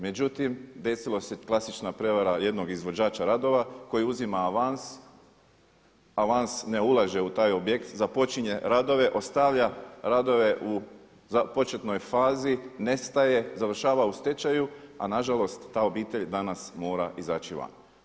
Međutim, desila se klasična prijevara jednog izvođača radova koji uzima avans, avans ne ulaže u taj objekt, započinje radove, ostavlja radove u početnoj fazi, nestaje, završava u stečaju a nažalost ta obitelj danas mora izaći van.